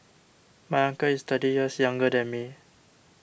my uncle is thirty years younger than me